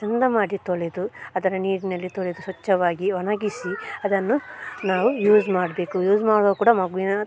ಚಂದ ಮಾಡಿ ತೊಳೆದು ಅದರ ನೀರಿನಲ್ಲಿ ತೊಳೆದು ಸ್ವಚ್ಛವಾಗಿ ಒಣಗಿಸಿ ಅದನ್ನು ನಾವು ಯೂಸ್ ಮಾಡಬೇಕು ಯೂಸ್ ಮಾಡುವಾಗ ಕೂಡ ಮಗುವಿನ